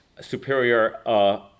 superior